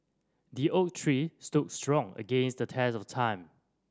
the oak tree stood strong against the test of time